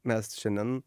mes šiandien